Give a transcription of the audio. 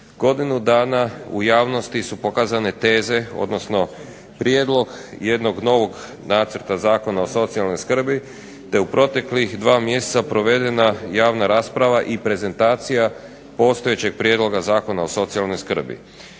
godinu dana u javnosti su pokazane teze, odnosno prijedlog jednog novog Zakona o socijalnoj skrbi te u proteklih dva mjeseca provedena je javna rasprava i prezentacija postojećeg Prijedloga zakona o socijalnoj skrbi.